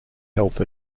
health